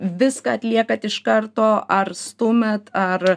viską atliekat iš karto ar stumiat ar